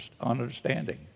understanding